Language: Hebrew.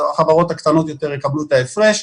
החברות הקטנות יותר יקבלו את ההפרש,